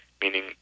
meaning